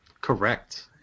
Correct